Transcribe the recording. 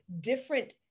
different